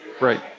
Right